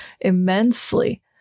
immensely